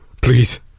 please